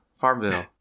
Farmville